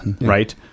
Right